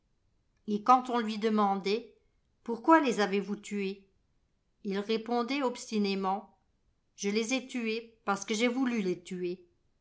et quand on lui demandait pourquoi les avez-vous tués il répondait obstinément je les ai tués parce que j'ai voulu les tuer